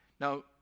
Now